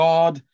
God